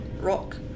Rock